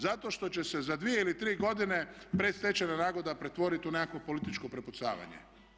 Zato što će se za 2 ili 3 godine predstečajna nagodba pretvoriti u nekakvo političko prepucavanje.